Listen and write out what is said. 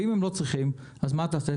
ואם לא צריך את העובדים אז מה תעשה,